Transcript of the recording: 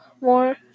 more